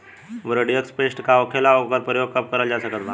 Bordeaux paste का होखेला और ओकर प्रयोग कब करल जा सकत बा?